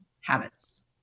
habits